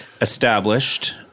established